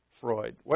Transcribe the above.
Freud